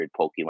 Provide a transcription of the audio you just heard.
Pokemon